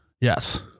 Yes